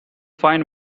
find